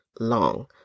long